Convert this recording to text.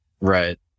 right